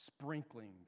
sprinkling